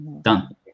Done